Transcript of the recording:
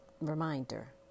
reminder